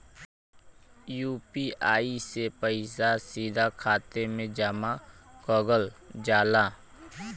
UPI से पइसा सीधा खाते में जमा कगल जाला